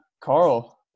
Carl